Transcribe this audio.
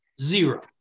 Zero